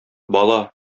бала